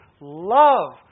love